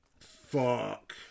Fuck